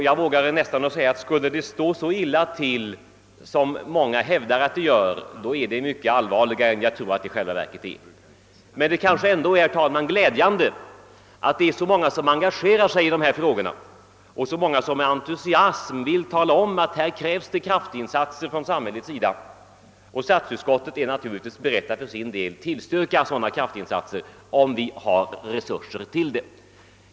Jag vågar säga att skulle det stå så illa till som många hävdar att det gör, vore det mycket allvarligt; i själva verket tror jag inte det är riktigt så illa. Men det är naturligtvis ändå, herr talman, glädjande att så många engagerar sig i dessa frågor och med entusiasm vill tala om att det krävs kraftinsatser från samhällets sida. Statsutskottet är naturligtvis för sin del berett att tillstyrka sådana insatser om resurser finns till det.